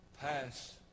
pass